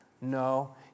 No